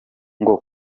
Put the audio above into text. ngo